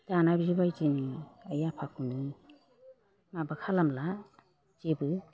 दाना बेबायदिजों आइ आफाखौनो माबा खालामला जेबो